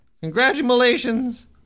Congratulations